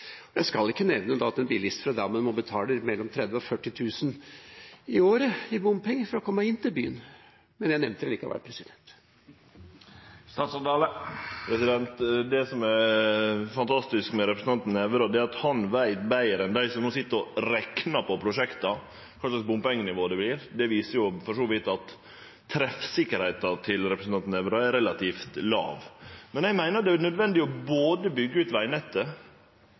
Jeg skal ikke nevne at en bilist fra Drammen må betale mellom 30 000 og 40 000 kr i året i bompenger for å komme inn til byen – men jeg nevnte det likevel. Det som er fantastisk med representanten Nævra, er at han veit betre enn dei som no sit og reknar på prosjekta, kva bompengenivået vert. Det viser for så vidt at treffsikkerheita til representanten Nævra er relativt låg. Eg meiner det er nødvendig både å byggje ut